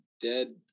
dead